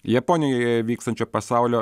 japonijoje vykstančio pasaulio